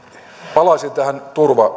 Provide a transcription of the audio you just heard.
palaisin tähän